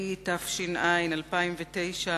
התש"ע 2009,